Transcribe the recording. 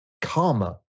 karma